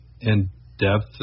in-depth